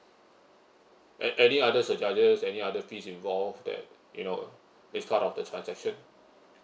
a any surcharges any other fees involved that you know is part of the transaction